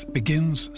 begins